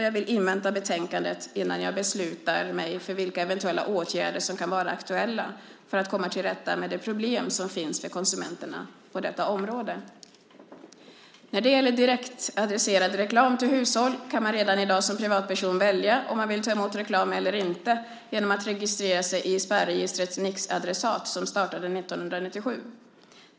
Jag vill invänta betänkandet innan jag beslutar mig för vilka eventuella åtgärder som kan vara aktuella för att komma till rätta med de problem som finns för konsumenterna på detta område. När det gäller direktadresserad reklam till hushåll kan man redan i dag som privatperson välja om man vill ta emot reklam eller inte genom att registrera sig i spärregistret Nixadressat som startade år 1997.